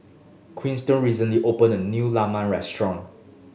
Kiersten recently opened a new Lemang restaurant